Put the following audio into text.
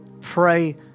pray